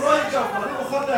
לא נכון, לא נכון.